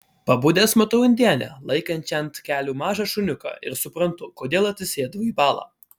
pabudęs matau indėnę laikančią ant kelių mažą šuniuką ir suprantu kodėl atsisėdau į balą